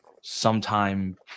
sometime